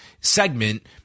segment